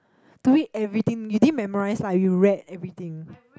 to read everything you didn't memorize lah you read everything